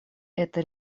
эта